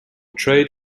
trade